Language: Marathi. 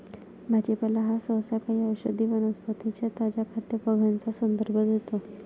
भाजीपाला हा सहसा काही औषधी वनस्पतीं च्या ताज्या खाद्य भागांचा संदर्भ घेतो